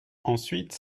ensuite